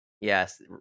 Yes